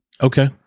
Okay